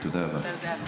אתה יודע על מה.